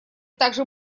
также